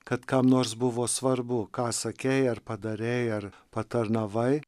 kad kam nors buvo svarbu ką sakei ar padarei ar patarnavai